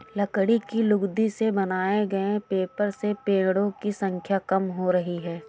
लकड़ी की लुगदी से बनाए गए पेपर से पेङो की संख्या कम हो रही है